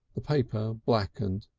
the paper blackened,